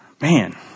Man